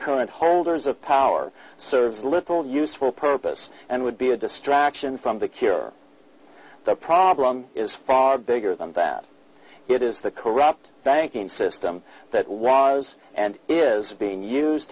current holders of power serves little useful purpose and would be a distraction from the cure the problem is far bigger than that it is the corrupt banking system that was and is being used